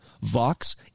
Vox